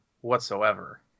whatsoever